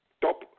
top